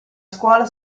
scuola